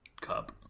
cup